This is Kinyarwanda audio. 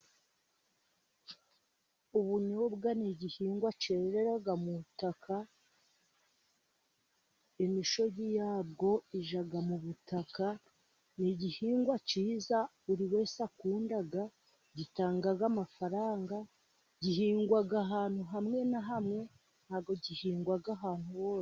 Ubunyobwa ni igihingwa cyerera mu butaka imishogi yabwo ijya mu butaka, ni igihingwa cyiza buri wese akunda gitanga amafaranga, gihingwa ahantu hamwe na hamwe ntabwo gihingwa ahantu hose.